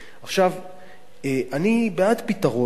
אני בעד פתרון בעניין.